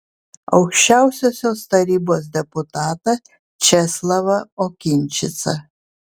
aukščiausiosios tarybos deputatą česlavą okinčicą